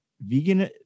vegan